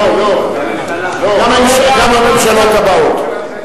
גם הממשלות הבאות.